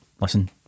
Listen